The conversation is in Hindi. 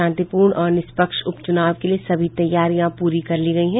शांतिपूर्ण और निष्पक्ष उपचुनाव के लिए सभी तैयारी पूरी कर ली गयी है